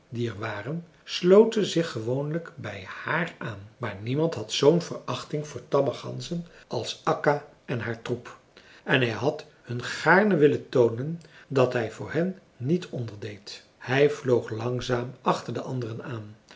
die er waren sloten zich gewoonlijk bij haar aan maar niemand had zoo'n verachting voor tamme ganzen als akka en haar troep en hij had hun gaarne willen toonen dat hij voor hen niet onderdeed hij vloog langzaam achter de anderen aan